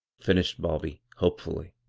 finished bobby, hopefully.